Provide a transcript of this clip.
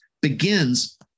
begins